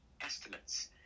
Estimates